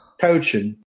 coaching